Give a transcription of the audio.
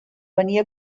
venia